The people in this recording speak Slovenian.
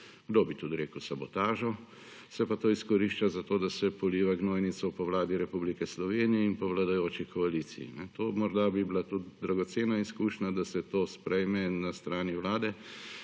kdo bi tudi rekel sabotažo, se pa to izkorišča za to, da se poliva gnojnico po Vladi Republike Slovenije in po vladajoči koaliciji. To morda bi bila tudi dragocena izkušnja, da se to sprejme na strani Vlade